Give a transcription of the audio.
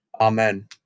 Amen